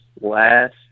last